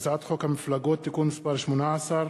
הצעת חוק המפלגות (תיקון מס' 18),